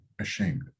ashamed